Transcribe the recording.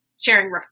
sharing